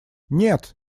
нет